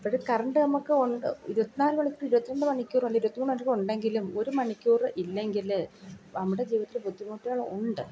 അപ്പോൾ കറൻറ്റമ്മ്ക്ക് ഇരുപത്തി നാല് മണിക്കൂറിൽ ഇരുപത്തി രണ്ട് മണിക്കൂറുണ്ട് ഇരുപത്തി മൂന്ന് മണിക്കൂറൊണ്ടെങ്കിലും ഒരു മണിക്കൂറ് ഇല്ലെങ്കിൽ നമ്മുടെ ജീവിതത്തിൽ ബുദ്ധിമുട്ടുകൾ ഉണ്ട്